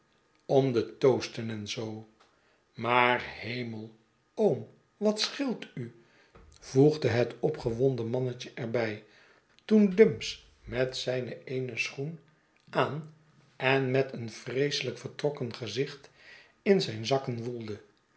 om de toasten en zoo maar hemel oom wat scheelt u voegde het opgewonden mannetje er bij toen dumps met zijn eene schoen aan en met een vreeselijk vertrokken gezicht in zijn zakken woelde